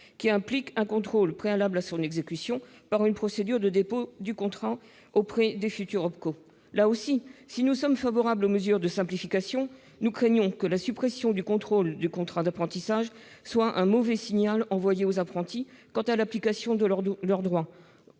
qui implique un contrôle préalable à son exécution, par une procédure de dépôt du contrat d'apprentissage auprès des futurs opérateurs de compétences, ou OPCO. Là aussi, si nous sommes favorables aux mesures de simplification, nous craignons que la suppression du contrôle du contrat d'apprentissage ne soit un mauvais signal envoyé aux apprentis quant à l'application de leurs droits-